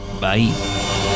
Bye